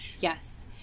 Yes